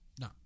No